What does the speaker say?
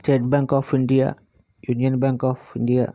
state bank of India union bank of India